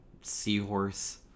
seahorse